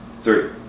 three